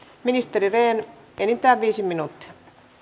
ministeri rehn enintään viisi minuuttia